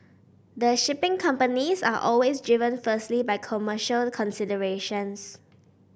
the shipping companies are always driven firstly by commercial considerations